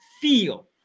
feel